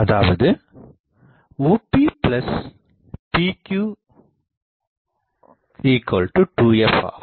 அதாவது OPPQ2f ஆகும்